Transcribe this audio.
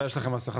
השר?